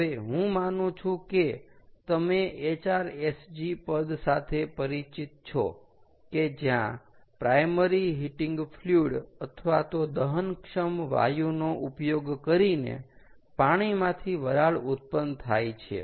હવે હું માનું છું કે તમે HRSG પદ સાથે પરિચિત છો કે જ્યાં પ્રાઇમરી હીટીંગ ફ્લૂઈડ અથવા તો દહનક્ષમ વાયુનો ઉપયોગ કરીને પાણીમાંથી વરાળ ઉત્પન્ન થાય છે